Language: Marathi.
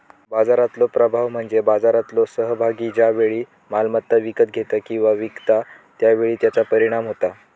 बाजारातलो प्रभाव म्हणजे बाजारातलो सहभागी ज्या वेळी मालमत्ता विकत घेता किंवा विकता त्या वेळी त्याचा परिणाम होता